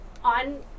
On